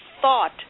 thought